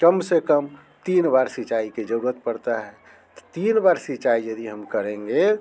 कम से कम तीन बार सिंचाई की जरूरत पड़ता है तीन बार सिंचाई यदि हम करेंगे